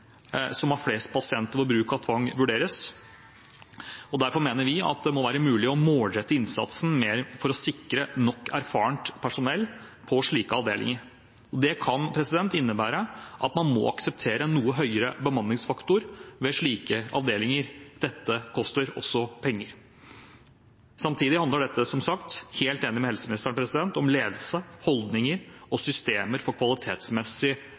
flest pasienter hvor bruk av tvang vurderes. Derfor mener vi at det må være mulig å målrette innsatsen mer for å sikre nok erfarent personell på slike avdelinger. Det kan innebære at man må akseptere en noe høyere bemanningsfaktor ved slike avdelinger. Dette koster også penger. Samtidig handler dette som sagt – jeg er helt enig med helseministeren – om ledelse, holdninger og systemer for kvalitetsmessig